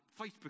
Facebook